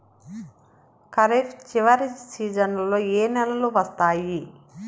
ఖరీఫ్ చివరి సీజన్లలో ఏ నెలలు వస్తాయి?